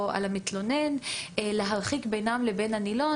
על המתלונן להרחיק בינם לבין הנילון,